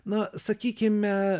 na sakykime